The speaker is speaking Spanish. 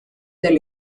del